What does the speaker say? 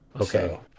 okay